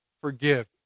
forgive